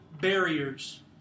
barriers